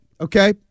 Okay